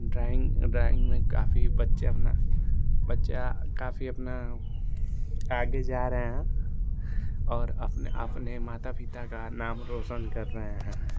drawing drawing में काफ़ी बच्चा अपना बच्चा काफ़ी अपना आगे आ रहे हैं और अपने अपने माता पिता का नाम रौशन कर रहे हैं